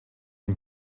une